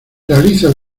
realiza